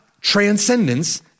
transcendence